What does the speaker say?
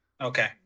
Okay